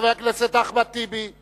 חבר הכנסת אחמד טיבי.